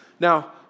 Now